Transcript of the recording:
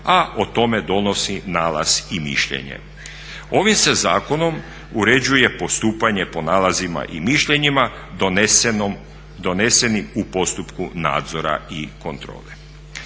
a o tome donosi nalaz i mišljenje. Ovim se zakonom uređuje postupanje po nalazima i mišljenjima donesenih u postupku nadzora i kontrole.